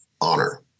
honor